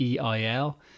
EIL